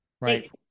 right